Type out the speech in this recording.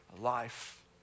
life